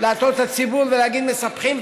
להטעות את הציבור ולהגיד: מספחים.